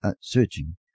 searching